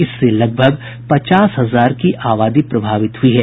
इससे लगभग पचास हजार की आबादी प्रभावित हुई है